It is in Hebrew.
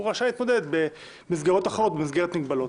הוא רשאי להתמודד במסגרות החוק במסגרת מגבלות.